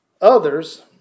others